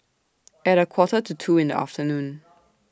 At A Quarter to two in The afternoon